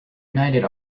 united